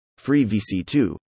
FreeVC2